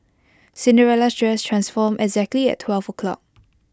Cinderella's dress transformed exactly at twelve o'clock